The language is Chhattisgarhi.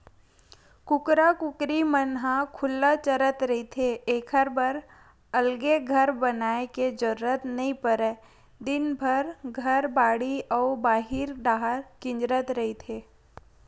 कुकरा कुकरी मन ह खुल्ला चरत रहिथे एखर बर अलगे घर बनाए के जरूरत नइ परय दिनभर घर, बाड़ी अउ बाहिर डाहर किंजरत रहिथे